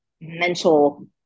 mental